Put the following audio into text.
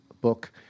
book